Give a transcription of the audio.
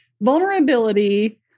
vulnerability